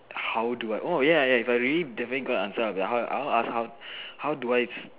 how do I oh ya ya if I really definitely got an answer I will be like I want to ask how how do I